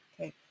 Okay